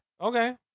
Okay